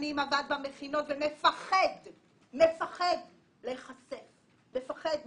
שעבד במכינות שלוש שנים ומפחד להיחשף,